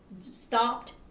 Stopped